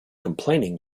complaining